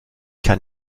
kann